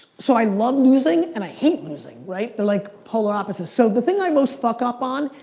so i love losing, and i hate losing, right? they're like, polar opposites. so the thing i most fuck up on,